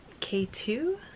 K2